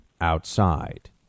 outside